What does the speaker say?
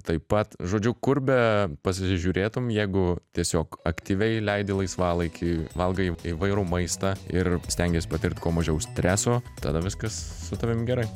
taip pat žodžiu kur bepasižiūrėtum jeigu tiesiog aktyviai leidi laisvalaikį valgai įvairų maistą ir stengies patirt kuo mažiau streso tada viskas su tavim gerai